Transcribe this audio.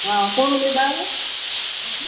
आं कोण उलयता